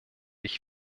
ich